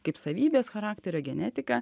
kaip savybės charakterio genetika